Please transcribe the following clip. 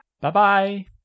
Bye-bye